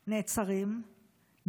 נעצרים,